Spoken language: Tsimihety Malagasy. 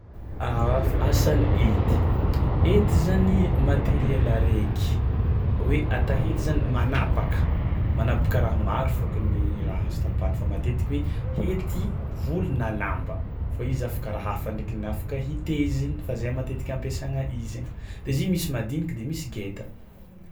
Asan'ny hety, hety materiel areky hoe atao hety magnapaka, magnapaka raha maro fô ko ny raha azo tapahina fa matetiky hoe hety volo na lamba fa izy afaka raha ndreky ny afaka hitezina fa zay matetiky ampiasana izy de zio misy madiniky de misy ngeda.